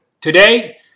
Today